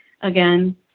again